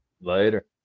later